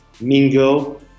mingle